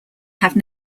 have